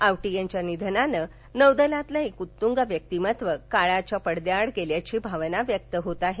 आवटी यांच्या निधनानं नौदलातील एक उत्त्ग व्यक्तिमत्व काळाच्या पडद्याआड गेल्याची भावना व्यक्त होत आहे